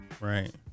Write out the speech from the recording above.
Right